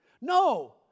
No